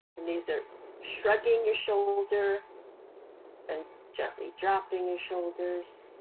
and these are shrugging your shoulder and gently dropping your shoulders.